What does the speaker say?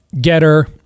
Getter